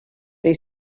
they